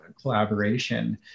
collaboration